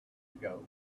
ago